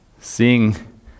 Seeing